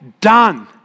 done